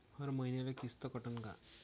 हर मईन्याले किस्त कटन का?